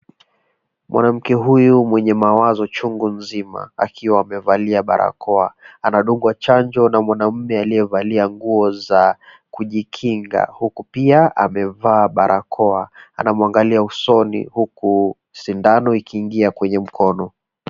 Mwanamke huyu mwenye mawazo chungu nzima akiwa amevalia barakoa anadungwa chanjo na mwanaume aliyevalia nguo za kujikinga huku pia amevaa barakoa, anamwangalia usoni huku sindano ikiingia kwenye mkono.